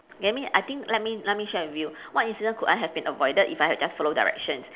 let me I think let me let me share with you what incident could I have been avoided if I had just follow directions